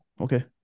Okay